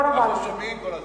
אנחנו שומעים כל הזמן.